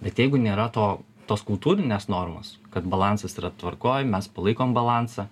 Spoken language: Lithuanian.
bet jeigu nėra to tos kultūrinės normos kad balansas yra tvarkoj mes palaikom balansą